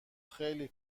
خیلی